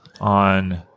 on